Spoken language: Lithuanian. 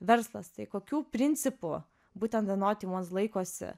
verslas tai kokių principų būtent de noti uans laikosi